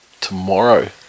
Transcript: tomorrow